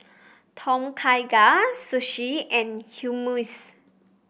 Tom Kha Gai Sushi and Hummus